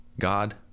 God